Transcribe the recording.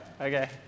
Okay